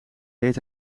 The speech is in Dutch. deed